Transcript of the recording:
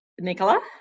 Nicola